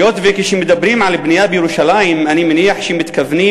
היות שכשמדברים על בנייה בירושלים אני מניח שמתכוונים